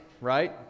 right